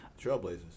Trailblazers